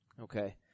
Okay